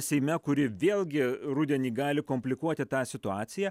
seime kuri vėlgi rudenį gali komplikuoti tą situaciją